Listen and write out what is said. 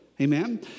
Amen